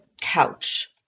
couch